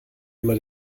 immer